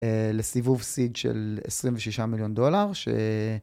לסיבוב סיד של 26 מיליון דולר.